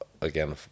Again